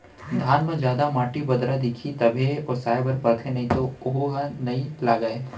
धान म जादा माटी, बदरा दिखही तभे ओसाए बर परथे नइ तो वोहू नइ लागय